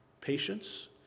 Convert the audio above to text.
patience